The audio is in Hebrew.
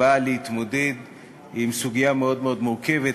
באות להתמודד עם סוגיה מאוד מאוד מורכבת,